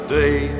day